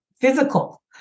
physical